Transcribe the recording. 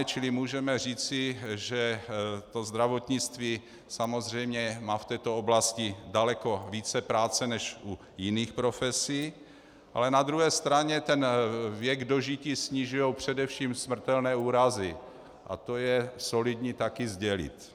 Čili můžeme říci, že to zdravotnictví samozřejmě má v této oblasti daleko více práce než u jiných profesí, ale na druhé straně ten věk dožití snižují především smrtelné úrazy a to je solidní taky sdělit.